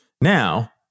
Now